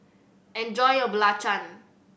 enjoy your belacan